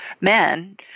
men